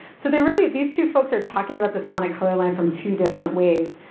so they're really, these two folks are talking about the sonic color line from two different ways.